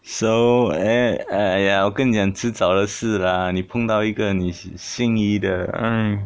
so eh !aiya! 我跟你将迟早的事啦你碰到一个你心意 !hais!